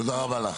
תודה רבה לך.